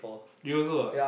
you also ah